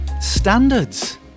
Standards